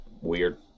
weird